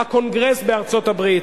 הקונגרס בארצות-הברית.